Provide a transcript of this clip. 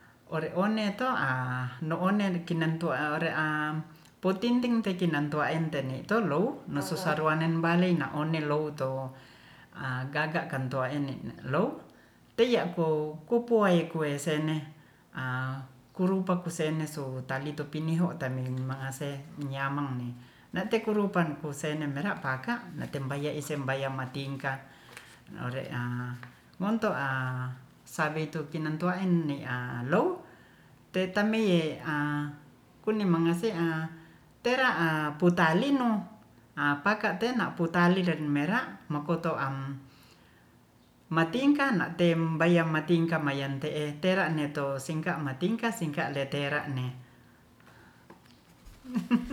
Ore'one to'a no'one kinantu'a ore'am potinting te kinanto'a ente'ne tolou nosursarwanen balei na'onelu tou a gaga kantoa e'ne low te'ia kou kopuaikuesene a'kurupaku se'ne so talitupiniho tameng'in mangase nyiamang ne na'te kurupan kuse'ne merapaka netambai isem baiam matingkah ho're'a ngonto'a saweitu kinanto'a enne'a low tetamei'e a'kunnimangase'a tera'a putalinnu a paka te'na putaliden mera'mokoto'am matingkah na'tem bayam matingkah manyan te'e tera'neto singkah matingkah singkah letera'ne